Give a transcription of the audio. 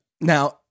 Now